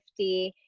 50